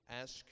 ask